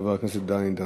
חבר הכנסת דני דנון.